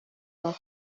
nord